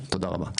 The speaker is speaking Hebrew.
תודה רבה.